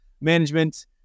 management